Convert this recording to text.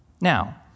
Now